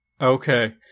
Okay